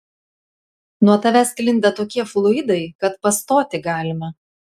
nuo tavęs sklinda tokie fluidai kad pastoti galima